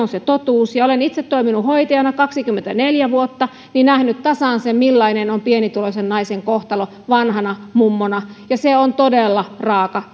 on se totuus kun olen itse toiminut hoitajana kaksikymmentäneljä vuotta niin olen nähnyt tasan sen millainen on pienituloisen naisen kohtalo vanhana mummona ja se on todella raaka